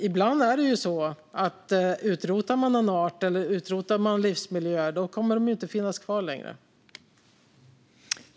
Ibland är det så här: utrotar man arter eller livsmiljöer kommer de inte längre att finnas kvar.